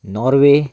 Norway